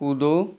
कूदो